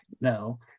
No